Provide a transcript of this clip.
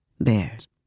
bears